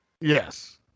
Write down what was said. Yes